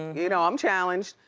you know, i'm challenged.